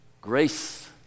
Grace